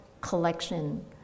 collection